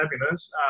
happiness